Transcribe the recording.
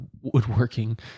woodworking